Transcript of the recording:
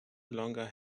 longer